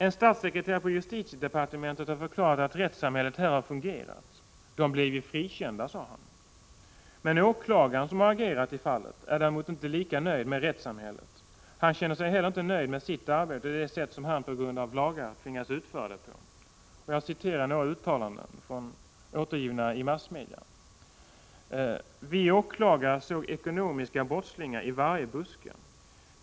En statssekreterare på justitiedepartementet har förklarat att rättssamhället här har fungerat. De blev ju frikända, sade han. Åklagaren som har agerat i fallet är däremot inte lika nöjd med rättssamhället. Han känner sig heller inte nöjd med sitt arbete och det sätt som han på grund av lagar tvingas utföra det på. Jag citerar några uttalanden, återgivna i massmedia: ”Vi åklagare såg ekonomiska brottslingar i varje buske.